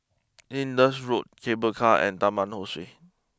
Indus Road Cable Car and Taman Ho Swee